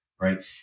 right